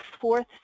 fourth